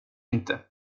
inte